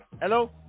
Hello